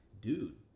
dude